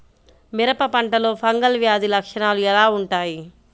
మిరప పంటలో ఫంగల్ వ్యాధి లక్షణాలు ఎలా వుంటాయి?